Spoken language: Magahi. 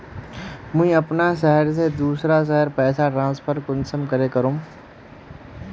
मुई अपना शहर से दूसरा शहर पैसा ट्रांसफर कुंसम करे करूम?